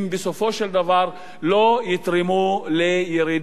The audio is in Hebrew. והם בסופו של דבר לא יתרמו לירידה